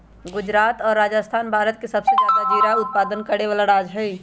गुजरात और राजस्थान भारत के सबसे ज्यादा जीरा उत्पादन करे वाला राज्य हई